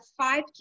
five